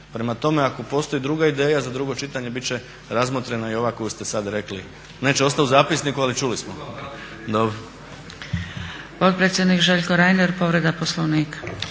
Prema tome, ako postoji druga ideja za drugo čitanje bit će razmotrena i ova koju ste sad rekli. Neće ostat u zapisniku, ali čuli smo. …